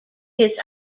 his